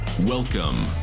welcome